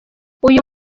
uyu